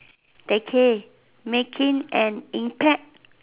decade making an impact